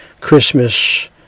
Christmas